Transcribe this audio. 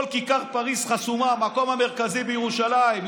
כל כיכר פריז חסומה, המקום המרכזי בירושלים.